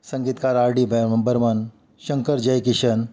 संगीतकार R D Burman Shankar Jaikishan